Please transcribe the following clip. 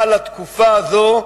אבל התקופה הזאת,